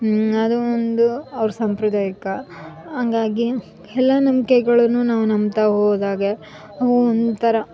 ಅದು ಒಂದು ಅವ್ರ ಸಾಂಪ್ರದಾಯಿಕ ಹಂಗಾಗಿ ಎಲ್ಲ ನಂಬಿಕೆಗಳನ್ನು ನಾವು ನಂಬ್ತಾ ಹೋದಾಗೆ ಅವು ಒಂಥರಾ